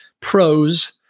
pros